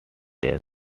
days